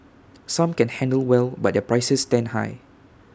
some can handle well but their prices stand high